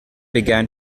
began